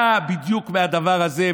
באה בדיוק מהדבר הזה,